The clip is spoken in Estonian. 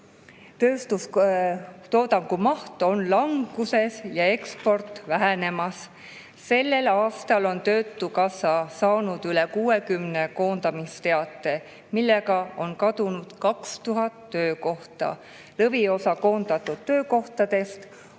tööstustoodangu maht on languses ja eksport vähenemas. Sellel aastal on töötukassa saanud üle 60 koondamisteate ning kadunud on 2000 töökohta. Lõviosa koondatud töökohtadest on